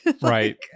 Right